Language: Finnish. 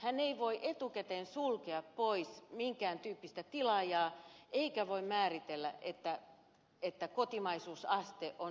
hän ei voi etukäteen sulkea pois minkään tyyppistä tilaajaa eikä voi määritellä että kotimaisuusaste on se ja se